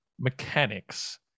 mechanics